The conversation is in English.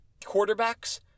quarterbacks